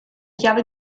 chiave